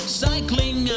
cycling